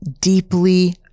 deeply